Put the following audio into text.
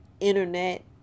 Internet